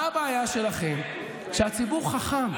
איך שלוש וחצי שנים?